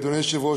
אדוני היושב-ראש,